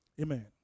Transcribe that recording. Amen